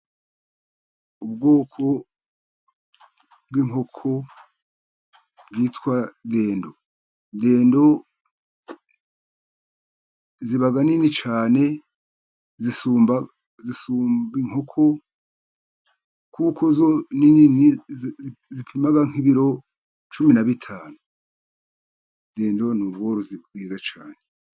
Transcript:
Ubwoko bw'inkoko bwitwa Dendo, Dendo ziba ari nini cyane, zisumba zisumba inkoko, kuko zo ni nini zipima nk'ibiro cumi na bitanu Dendo ni ubworozi bwiza cyane.